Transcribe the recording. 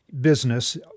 business